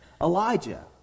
Elijah